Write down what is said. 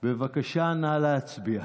בבקשה, נא להצביע.